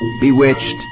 bewitched